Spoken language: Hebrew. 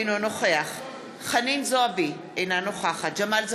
אינו נוכח חנין זועבי, אינה נוכחת ג'מאל זחאלקה,